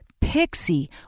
Pixie